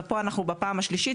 וכאן אנחנו בפעם השלישית,